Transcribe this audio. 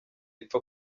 ipfa